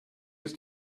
ist